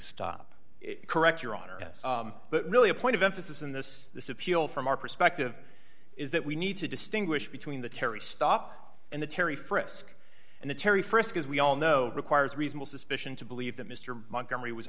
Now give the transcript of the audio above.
stop correct your honor yes but really a point of emphasis in this this appeal from our perspective is that we need to distinguish between the terry stop and the terry frisk and the terry frisk as we all know requires reasonable suspicion to believe that mr montgomery was